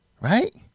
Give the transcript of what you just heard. Right